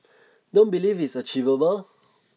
don't believe is achievable